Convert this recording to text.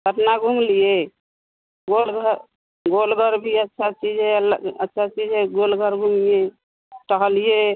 पटना घूम लिए गोलघर गोलघर भी अच्छी चीज़ है अच्छा चीज़ है गोलघर घूमिए टहलिए